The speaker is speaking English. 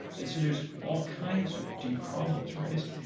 and so there's all kinds of deep problems raised.